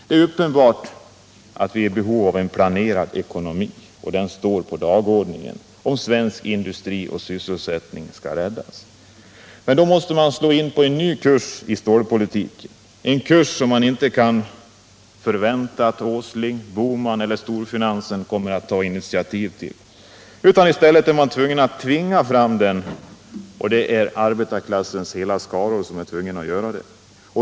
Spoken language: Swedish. Det är uppenbart att det behövs en planerad ekonomi, om svensk industri och sysselsättning skall räddas. Men då måste man slå in på en ny kurs i stålpolitiken, en kurs som det inte kan förväntas att Åsling, Bohman eller storfinansen tar initiativ till. Den måste tvingas fram, och det är arbetarklassens skaror som är tvungna att göra det.